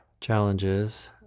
challenges